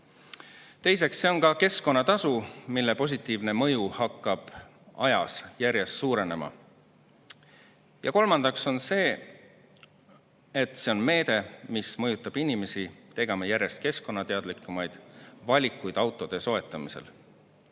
Teiseks, see on ka keskkonnatasu, mille positiivne mõju hakkab ajas järjest suurenema. Kolmandaks, see on meede, mis mõjutab inimesi tegema järjest keskkonnateadlikumaid valikuid autode soetamisel.